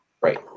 Right